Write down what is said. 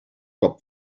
cop